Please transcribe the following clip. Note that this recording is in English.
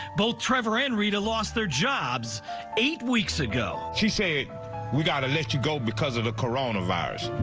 both trevor and rita lost their jobs eight weeks ago. she said we gotta let you go because of the coronavirus.